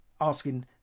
asking